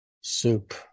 soup